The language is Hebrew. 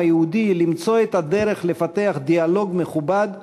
היהודי למצוא את הדרך לפתח דיאלוג מכובד,